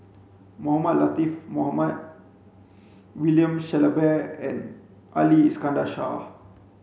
Mohamed Latiff Mohamed William Shellabear and Ali Iskandar Shah